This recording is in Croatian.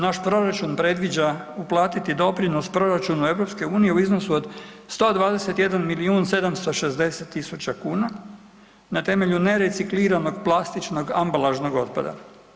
Naš proračun predviđa uplatiti doprinos proračunu EU u iznosu od 121 milijun 760 tisuća kuna na temelju nerecikliranog plastičnog ambalažnog otpada.